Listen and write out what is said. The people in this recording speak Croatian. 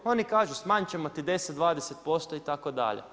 Oni kažu smanjiti ćemo ti 10, 20% itd.